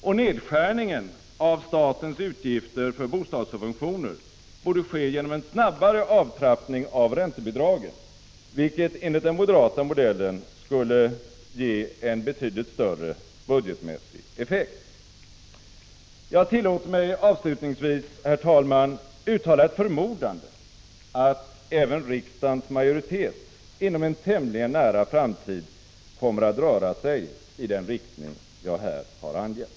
Och nedskärningen av statens utgifter för bostadssubventioner borde ske genom en snabbare avtrappning av räntebidragen, vilket enligt den moderata modellen skulle ge en betydligt större budgetmässig effekt. Jag tillåter mig avslutningsvis, herr talman, uttala en förmodan att även riksdagens majoritet inom en tämligen nära framtid kommer att röra sig i den riktning jag här har angett.